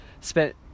spent